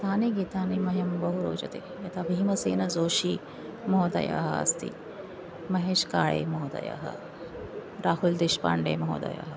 तानि गीतानि मह्यं बहु रोचते यथा भीमसेनजोषी महोदयः अस्ति महेश् काळे महोदयः राहुल्देश्पाण्डे महोदयः